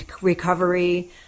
recovery